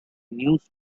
news